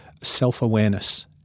self-awareness